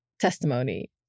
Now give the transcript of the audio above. testimony